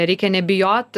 reikia nebijot